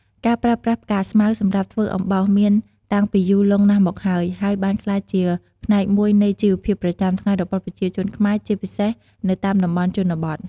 ការប្រើប្រាស់ផ្កាស្មៅ សម្រាប់ធ្វើអំបោសមានតាំងពីយូរលង់ណាស់មកហើយ ហើយបានក្លាយជាផ្នែកមួយនៃជីវភាពប្រចាំថ្ងៃរបស់ប្រជាជនខ្មែរ ជាពិសេសនៅតាមតំបន់ជនបទ។។